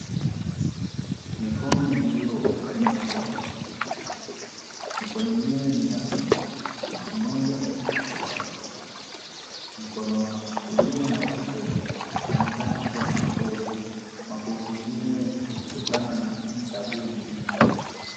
Mikono iliyounganishwa, mikono yenyewe ni ya mtu mmoja wa mkono wa mkono wa kulia na wa kushoto, unaonekana kuwa na mapovu, mapovu yenyewe ni kutokana na sabuni.